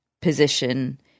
position